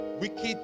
wicked